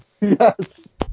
Yes